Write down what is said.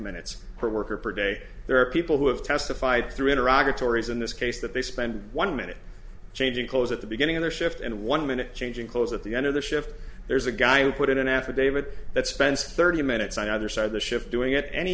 minutes per worker per day there are people who have testified through iraq or tory's in this case that they spend one minute changing clothes at the beginning of their shift and one minute changing clothes at the end of the shift there's a guy who put in an affidavit that spends thirty minutes on either side of the ship doing it any